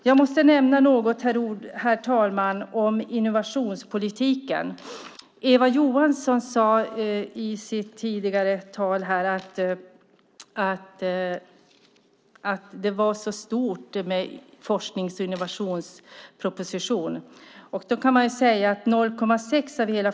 Jag måste nämna något om innovationspolitiken. Eva Johnsson sade tidigare att det var så stort med en forsknings och innovationsproposition.